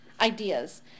ideas